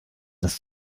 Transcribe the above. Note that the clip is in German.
das